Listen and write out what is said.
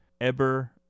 Eber